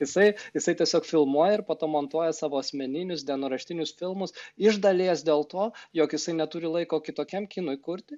jisai jisai tiesiog filmuoja ir po to montuoja savo asmeninius dienoraštinius filmus iš dalies dėl to jog jisai neturi laiko kitokiam kinui kurti